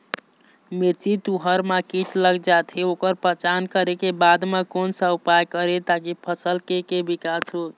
मिर्ची, तुंहर मा कीट लग जाथे ओकर पहचान करें के बाद मा कोन सा उपाय करें ताकि फसल के के विकास हो?